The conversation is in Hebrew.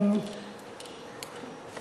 מה אני אעשה.